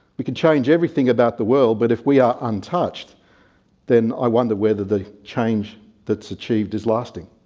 we can change everything about the world but if we are untouched then i wonder whether the change that's achieved is lasting.